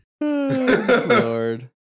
lord